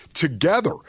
Together